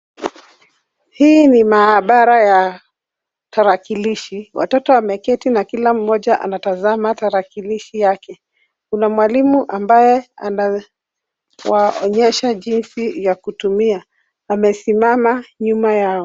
Hii ni maabara ya tarakilishi. Watoto wameketi na kila mmoja anatazama tarakilishi yake. Kuna mwalimu ambaye anawaonyesha jinsi ya kutumia. Amesimama nyuma yao.